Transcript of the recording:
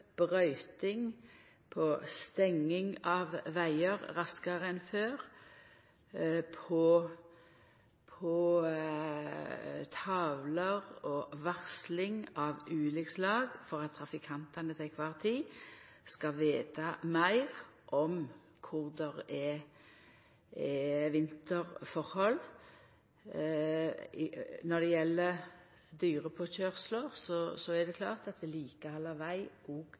stenging av vegar raskare enn før og tavler og varsling av ulikt slag for at trafikantane heile tida skal få vita meir om kvar det er vinterforhold. Når det gjeld dyrepåkøyrslar, er det klart at vedlikehald av veg